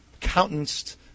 countenanced